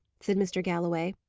said mr. galloway.